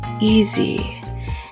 easy